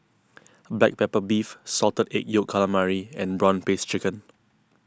Black Pepper Beef Salted Egg Yolk Calamari and Prawn Paste Chicken